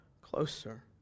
closer